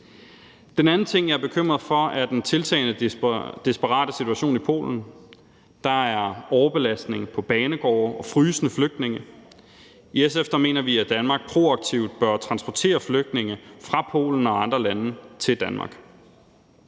Den anden ting, jeg er bekymret for, er den tiltagende desperate situation i Polen. Der er overbelastning på banegårde og frysende flygtninge. I SF mener vi, at Danmark proaktivt bør transportere flygtninge fra Polen og andre lande til Danmark.